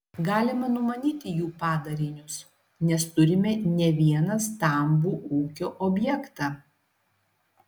galima numanyti jų padarinius nes turime ne vieną stambų ūkio objektą